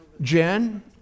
Jen